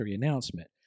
announcement